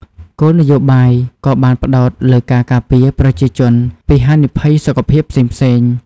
គោលនយោបាយក៏បានផ្តោតលើការការពារប្រជាជនពីហានិភ័យសុខភាពផ្សេងៗ។